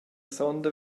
sonda